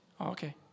Okay